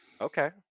Okay